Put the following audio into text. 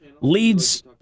leads